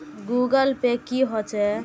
Google pay की होचे?